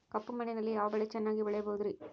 ಕಪ್ಪು ಮಣ್ಣಿನಲ್ಲಿ ಯಾವ ಬೆಳೆ ಚೆನ್ನಾಗಿ ಬೆಳೆಯಬಹುದ್ರಿ?